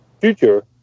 future